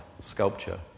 sculpture